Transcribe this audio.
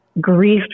grief